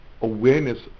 awareness